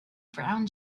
brown